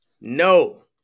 No